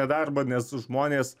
nedarbą nes žmonės